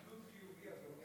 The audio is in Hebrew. אדוני השר?